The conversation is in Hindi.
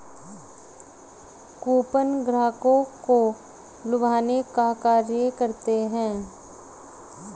कूपन ग्राहकों को लुभाने का कार्य करते हैं